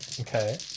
Okay